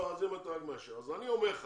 אם אתה רק מאשר, אז אני אומר לך